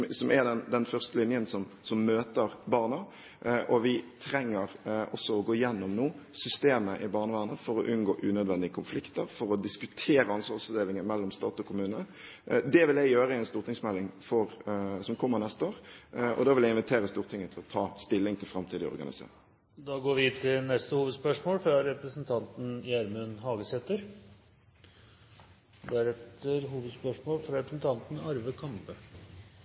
møter barna. Vi trenger også nå å gå igjennom systemet i barnevernet for å unngå unødvendige konflikter, og for å diskutere ansvarsfordelingen mellom stat og kommune. Det vil jeg gjøre i en stortingsmelding som kommer neste år. Da vil jeg invitere Stortinget til å ta stilling til den framtidige organiseringen. Vi går til neste hovedspørsmål.